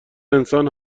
انسان